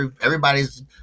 everybody's